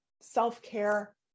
self-care